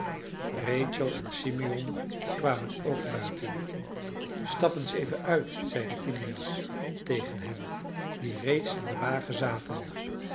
rachel en simeon kwamen ook buiten stapt eens even uit zeide phineas tegen hen die reeds in den wagen zaten